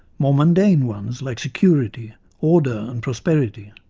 more mundane ones like security, order and prosperity.